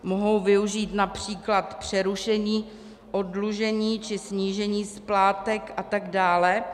Mohou využít například přerušení oddlužení či snížení splátek atd.